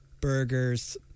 Burgers